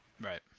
Right